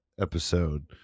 episode